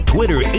Twitter